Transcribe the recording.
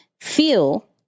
feel